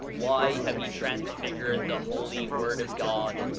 why have ye transfigured the holy word of god,